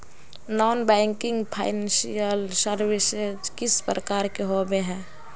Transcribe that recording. Non banking financial services किस प्रकार के होबे है?